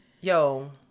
Yo